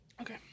Okay